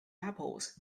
apples